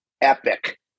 epic